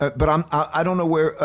but um i don't know where,